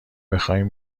بخواین